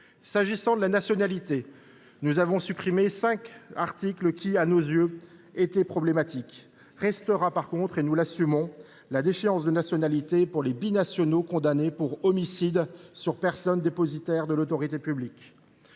S’agissant de la nationalité, nous avons supprimé cinq articles qui, à nos yeux, étaient problématiques. En revanche, et nous l’assumons, la déchéance de nationalité pour les binationaux condamnés pour homicide commis sur une personne dépositaire de l’autorité publique